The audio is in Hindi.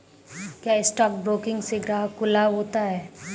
क्या स्टॉक ब्रोकिंग से ग्राहक को लाभ होता है?